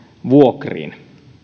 vuokriin